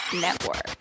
Network